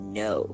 no